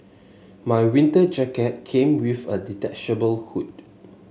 my winter jacket came with a detachable hood